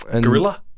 Gorilla